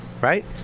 Right